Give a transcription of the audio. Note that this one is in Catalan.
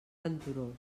venturós